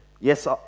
Yes